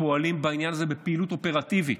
פועלים בעניין הזה בפעילות אופרטיבית,